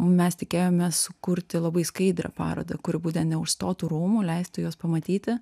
mes tikėjomės sukurti labai skaidrią parodą kuri būtent neužstotų rūmų leistų juos pamatyti